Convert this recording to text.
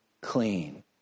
clean